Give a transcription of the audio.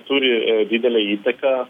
turi didelę įtaką